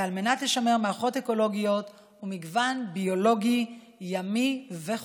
ועל מנת לשמר מערכות אקולוגיות ומגוון ביולוגי ימי וחופי.